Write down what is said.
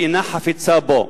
שאינה חפצה בו.